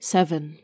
Seven